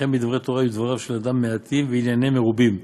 וכן בדברי תורה יהיו דבריו של אדם מעטים וענייניהם מרובים,